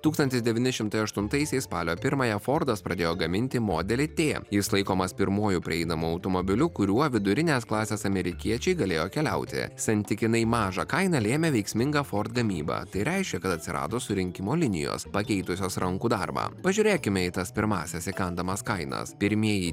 tūkstantis devyni šimtai aštuntaisiais spalio pirmąją fordas pradėjo gaminti modelį tė jis laikomas pirmuoju prieinamu automobiliu kuriuo vidurinės klasės amerikiečiai galėjo keliauti santykinai mažą kainą lėmė veiksminga ford gamyba tai reiškia kad atsirado surinkimo linijos pakeitusios rankų darbą pažiūrėkime į tas pirmąsias įkandamas kainas pirmieji